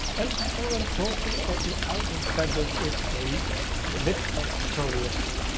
um i already told you that the outerfabric is a ripstop polyester.